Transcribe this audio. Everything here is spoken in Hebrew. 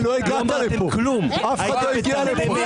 לא הגעת לפה, אף אחד לא הגיע לפה.